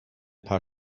paar